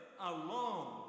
alone